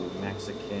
Mexican